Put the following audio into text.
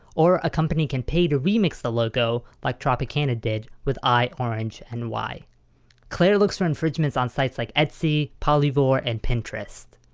or a company can pay to remix the logo like tropicana did with i orange and ny. claire looks for infringements on sites like etsy, polyvore and pinterest.